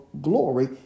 glory